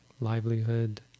livelihood